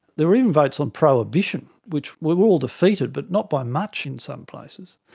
there were even votes on prohibition, which were all defeated but not by much in some places.